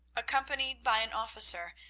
accompanied by an officer,